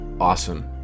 awesome